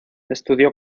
estudió